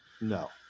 No